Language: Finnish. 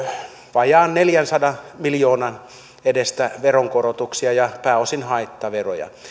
vajaan neljänsadan miljoonan edestä veronkorotuksia ja pääosin haittaveroja